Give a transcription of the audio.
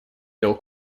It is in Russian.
дел